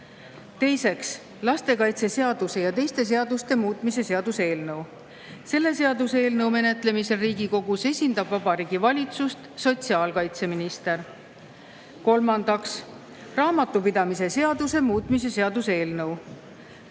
Teiseks, lastekaitseseaduse ja teiste seaduste muutmise seaduse eelnõu. Selle seaduseelnõu menetlemisel Riigikogus esindab Vabariigi Valitsust sotsiaalkaitseminister. Kolmandaks, raamatupidamise seaduse muutmise seaduse eelnõu.